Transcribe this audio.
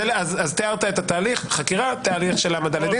תיארת את התהליך, חקירה, תהליך של עמידה לדין.